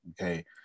okay